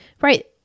Right